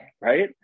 right